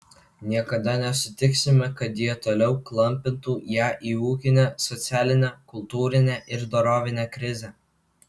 niekada nesutiksime kad jie toliau klampintų ją į ūkinę socialinę kultūrinę ir dorovinę krizę